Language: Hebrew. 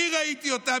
אני ראיתי אותם,